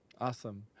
Awesome